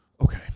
Okay